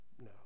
No